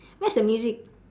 where's the music